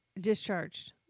discharged